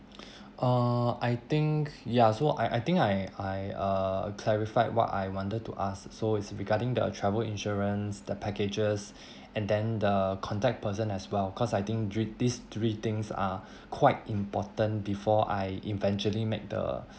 err I think ya so I I think I I uh clarified what I wanted to ask so is regarding the travel insurance the packages and then the contact person as well cause I think th~ these three things are quite important before I eventually make the